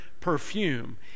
perfume